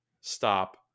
stop